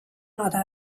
nota